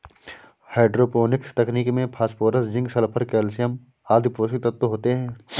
hydroponics तकनीक में phosphorus, zinc, sulphur, calcium आदि पोषक तत्व होते है